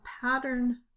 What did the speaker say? pattern